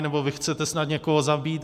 Nebo: Vy chcete snad někoho zabít?